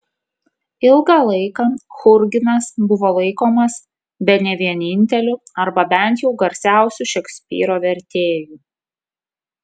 ilgą laiką churginas buvo laikomas bene vieninteliu arba bent jau garsiausiu šekspyro vertėju